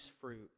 fruit